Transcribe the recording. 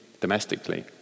domestically